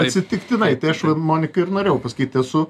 atsitiktinai tai aš va monikai ir norėjau pasakyt esu